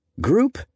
Group